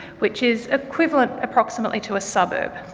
which is equivalent approximately to a suburb.